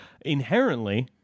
inherently